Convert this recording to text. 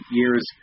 years